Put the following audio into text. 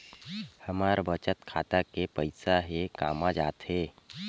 हमर बचत खाता के पईसा हे कामा जाथे?